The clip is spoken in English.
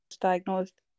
diagnosed